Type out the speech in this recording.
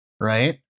right